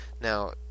now